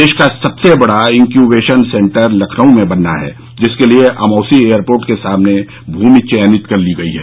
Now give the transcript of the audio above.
देश का सबसे बड़ा इंक्यूबेंशन सेन्टर लखनऊ में बनना है जिसके लिये अमौसी एयरपोर्ट के सामने भूमि चयनित कर ली गई है